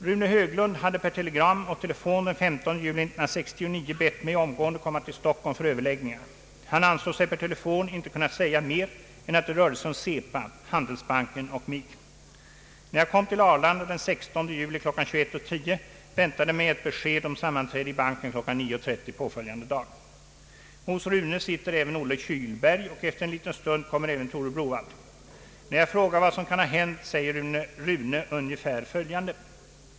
Rune Höglund hade per telegram och telefon den 15 juli 1969 bett mig omgående komma till Stockholm för överläggningar. Han ansåg sig per telefon inte kunna säga mer än att det rörde sig om Cepa, Handelsbanken och mig. När jag kom till Arlanda den 16 juli kl. 21.10 väntade mig ett besked om sammanträde i banken kl. 9.30 påföljande dag. Hos Rune sitter även Olle Kyhlberg och efter en liten stund kommer även Tore Browaldh. När jag frågar vad som kan ha hänt säger Rune ungefär följande.